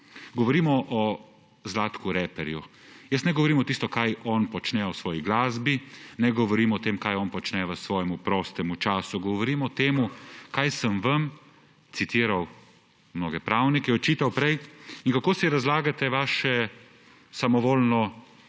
Govorimo o reperju Zlatku. Jaz ne govorim o tem, kar on počne v svoji glasbi, ne govorim o tem, kar on počne v svojem prostem času, govorim o tem, kar sem vam citiral, mnoge pravnike, očital prej. Kako si razlagate svoje samovoljno